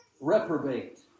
reprobate